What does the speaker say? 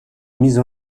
mise